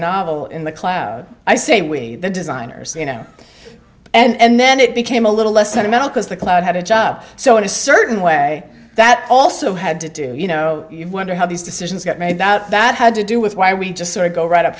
novel in the cloud i say we the designers you know and then it became a little less sentimental because the cloud had a job so in a certain way that also had to do you know wonder how these decisions get made out that had to do with why we just sort of go right up